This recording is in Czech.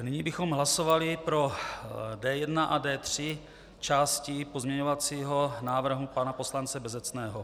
Nyní bychom hlasovali pro D1 a D3, části pozměňovacího návrhu pana poslance Bezecného.